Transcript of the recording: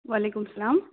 وعلیکُم سلام